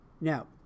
now